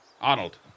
Arnold